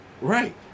right